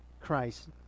Christ